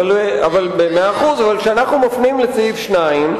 אבל כשאנחנו מפנים לסעיף 2,